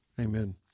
Amen